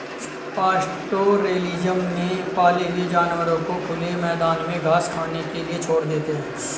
pastoralism में पाले हुए जानवरों को खुले मैदान में घास खाने के लिए छोड़ देते है